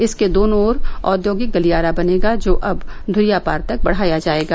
इसके दोनों ओर औद्योगिक गलियारा बनेगा जो अब धुरियापार तक बढ़ाया जायेगा